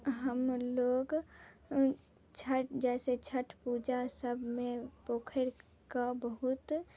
हमलोग छठ जैसे छठ पूजा सबमे पोखरि कऽ बहुत